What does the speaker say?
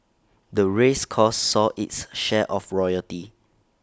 the race course saw its share of royalty